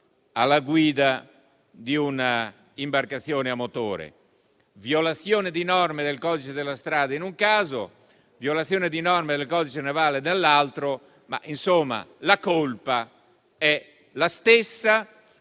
alla guida di un'imbarcazione a motore. Violazione di norme del codice della strada, in un caso; violazione di norme del codice navale, dell'altro; la colpa, insomma, è però la stessa